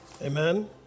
Amen